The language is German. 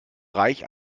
reich